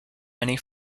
many